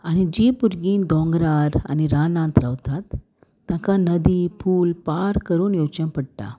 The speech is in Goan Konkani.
आनी जी भुरगीं दोंगरार आनी रानांत रावतात ताका नदी पूल पार करून येवचें पडटा